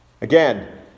Again